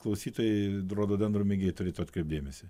klausytojai rododendrų mėgėjai turėtų atkreipt dėmesį